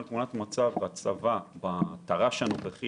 בטר"ש הנוכחי